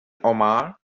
omar